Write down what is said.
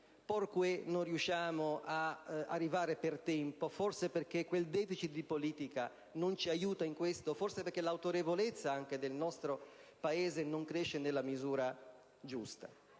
*Por què* non riusciamo ad arrivare per tempo? Forse perché quel deficit di politica non ci aiuta in questo? Forse perché l'autorevolezza anche del nostro Paese non cresce nella misura giusta?